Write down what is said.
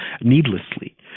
needlessly